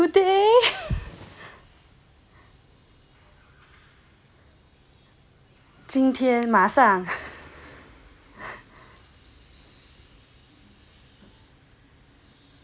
今天马上